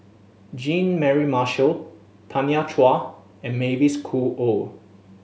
Jean Mary Marshall Tanya Chua and Mavis Khoo Oei